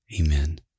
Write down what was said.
Amen